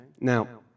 Now